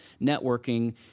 networking